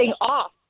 off